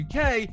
uk